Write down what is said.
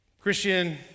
Christian